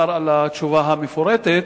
קודם כול, אני מודה לכבוד השר על התשובה המפורטת.